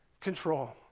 control